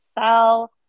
sell